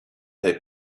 they